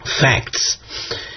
facts